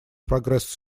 прогресс